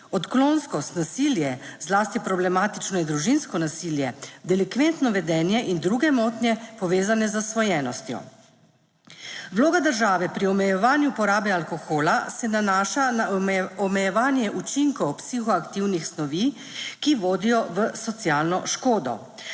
odklonskost, nasilje, zlasti problematično je družinsko nasilje, delikventno vedenje in druge motnje, povezane z zasvojenostjo. Vloga države pri omejevanju porabe alkohola se nanaša na omejevanje učinkov psihoaktivnih snovi, ki vodijo v socialno škodo.